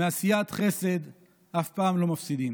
מעשיית חסד אף פעם לא מפסידים.